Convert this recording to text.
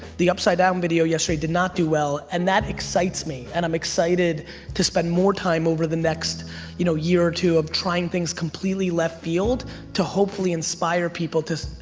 the upside down video yesterday did not do well. and that excites me. and i'm excited to spend more time over the next you know year or two of trying things completely left field to hopefully inspire people to,